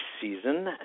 season